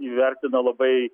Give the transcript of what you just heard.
įvertino labai